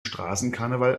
straßenkarneval